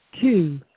two